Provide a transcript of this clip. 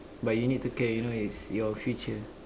but you need to care you know it's your future